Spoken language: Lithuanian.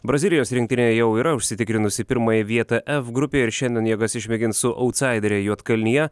brazilijos rinktinė jau yra užsitikrinusi pirmąją vietą f grupėje ir šiandien jėgas išmėgins su autsaidere juodkalnija